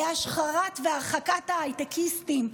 בהשחרת והרחקת ההייטקיסטים,